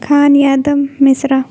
کھان یادم مسرا